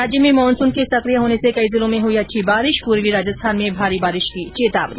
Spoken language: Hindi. प्रदेश में मानसून के सक्रिय होने से कई जिलों में हुई अच्छी बारिश पूर्वी राजस्थान में भारी बारिश की चेतावनी